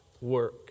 work